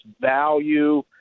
value